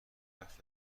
حرف